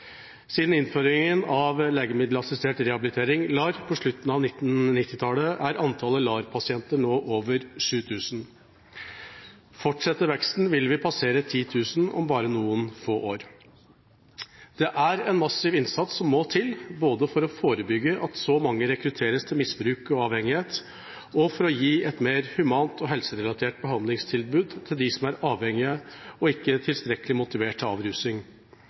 Siden innføringen av legemiddelassistert rehabilitering, LAR, på slutten av 1990-tallet er antallet LAR-pasienter nå over 7 000. Fortsetter veksten, vil vi passere 10 000 om bare noen få år. Det er en massiv innsats som må til både for å forebygge at så mange rekrutteres til misbruk og avhengighet og for å gi et mer humant og helserelatert behandlingstilbud til dem som er avhengige og ikke tilstrekkelig motivert for avrusing,